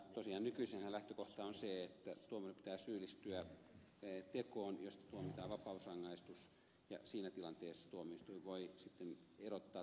tosiaan nykyisinhän lähtökohta on se että tuomarin pitää syyllistyä tekoon josta tuomitaan vapausrangaistus ja siinä tilanteessa tuomioistuin voi sitten erottaa tuomarin virasta